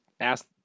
ask